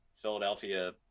philadelphia